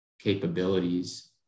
capabilities